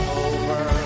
over